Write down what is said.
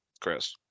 Chris